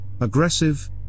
aggressive